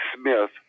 Smith